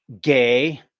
gay